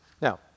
Now